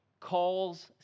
calls